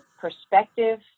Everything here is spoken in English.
perspective